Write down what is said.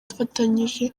dufatanyije